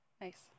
Nice